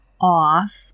off